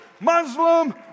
Muslim